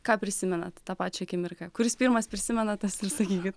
ką prisimenat tą pačią akimirką kuris pirmas prisimena tas ir sakykit